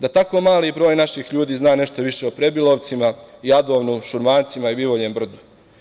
Da tako mali broj naših ljudi zna nešto više o Prebilovcima, Jadovnom, Šumarcima i Bivoljem brdu.